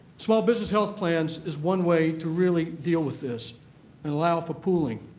small business health plans is one way to really deal with this and allow for pooling.